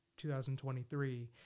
2023